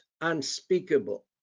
unspeakable